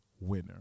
winner